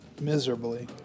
Miserably